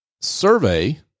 survey